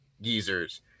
geezers